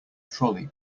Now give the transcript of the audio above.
trolley